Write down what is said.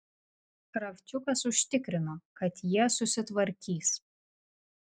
kravčiukas užtikrino kad jie susitvarkys